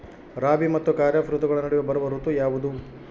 ರಾಬಿ ಮತ್ತು ಖಾರೇಫ್ ಋತುಗಳ ನಡುವೆ ಬರುವ ಋತು ಯಾವುದು?